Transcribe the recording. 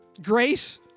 Grace